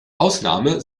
ausnahme